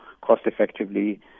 cost-effectively